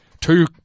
two